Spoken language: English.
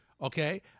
Okay